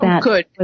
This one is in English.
Good